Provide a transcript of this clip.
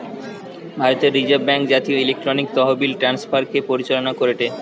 ভারতের reserve bank জাতীয় electronic তহবিল ট্রান্সফার কে পরিচালনা করেটে